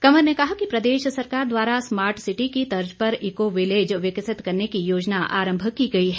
कंवर ने कहा कि प्रदेश सरकार द्वारा स्मार्ट सिटी की तर्ज पर ईको विलेज विकसित करने की योजना आंरभ की गई है